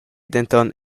denton